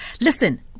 Listen